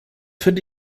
finde